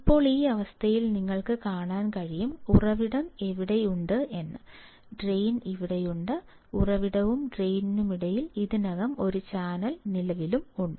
ഇപ്പോൾ ഈ അവസ്ഥയിൽ നിങ്ങൾക്ക് കാണാൻ കഴിയും ഉറവിടം ഇവിടെയുണ്ട് ഡ്രെയിൻ ഇവിടെയുണ്ട് ഉറവിടത്തിനും ഡ്രെയിനിനുമിടയിൽ ഇതിനകം ചാനൽ നിലവിലുണ്ട്